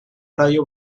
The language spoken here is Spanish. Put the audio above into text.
radio